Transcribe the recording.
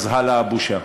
אז הלאה הבושה.